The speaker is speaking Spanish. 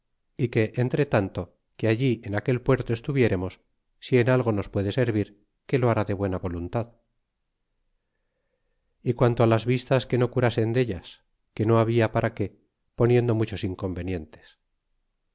ó que entretanto que allí en aquel puerto estuviéremos si en algo nos puede servir que lo hará de buena voluntad y quanto á las vistas que no curasen deltas que no habia para qué poniendo muchos inconvenientes